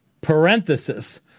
Parenthesis